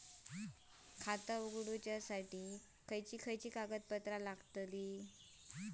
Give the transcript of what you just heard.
खाता उगडूच्यासाठी काय कागदपत्रा लागतत?